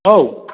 औ